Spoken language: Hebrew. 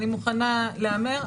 אני מוכנה להמר,